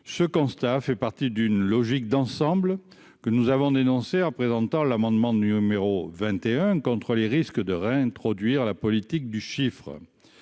ce constat fait partie d'une logique d'ensemble que nous avons dénoncé représentant l'amendement numéro 21 contre risque de réintroduire la politique du chiffre